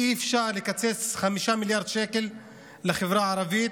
אי-אפשר לקצץ 5 מיליארד שקל לחברה הערבית